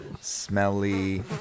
smelly